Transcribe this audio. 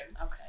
Okay